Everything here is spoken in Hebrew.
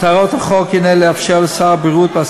מטרת החוק הנה לאפשר לשר הבריאות,